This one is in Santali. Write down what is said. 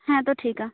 ᱦᱮᱸ ᱛᱚ ᱴᱷᱤᱠᱟ